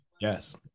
Yes